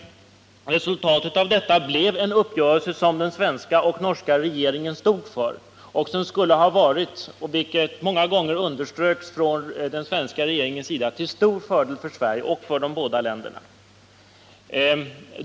Resultatet av detta blev en uppgörelse som de svenska och norska regeringarna stod för och som — det underströks många gånger av den svenska regeringen — skulle ha varit till stor fördel för Sverige, ja, för båda länderna.